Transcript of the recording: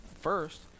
first